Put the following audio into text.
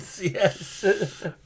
Yes